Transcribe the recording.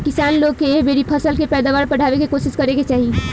किसान लोग के एह बेरी फसल के पैदावार बढ़ावे के कोशिस करे के चाही